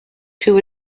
two